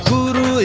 Guru